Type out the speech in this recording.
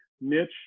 niche